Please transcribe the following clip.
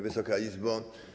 Wysoka Izbo!